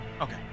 Okay